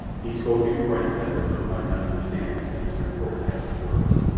he spoke in french that the cook might not understand the sinister portent of his words.